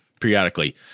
periodically